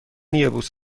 یبوست